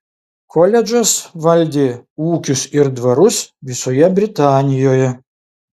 koledžas valdė ūkius ir dvarus visoje britanijoje